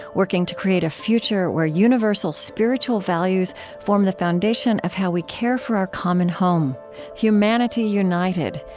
working to create a future where universal spiritual values form the foundation of how we care for our common home humanity united,